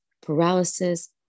paralysis